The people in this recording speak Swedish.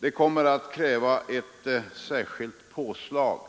Det kommer att kräva ett särskilt påslag